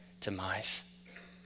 demise